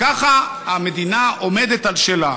ככה המדינה עומדת על שלה.